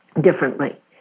differently